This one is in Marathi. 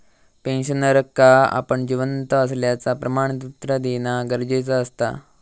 पेंशनरका आपण जिवंत असल्याचा प्रमाणपत्र देना गरजेचा असता